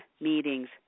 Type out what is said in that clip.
meetings